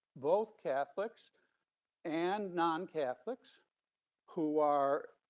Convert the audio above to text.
both catholics and non-catholics who are,